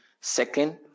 Second